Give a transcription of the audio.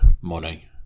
money